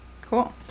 cool